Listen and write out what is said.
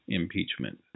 impeachment